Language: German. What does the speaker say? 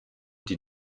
die